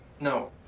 No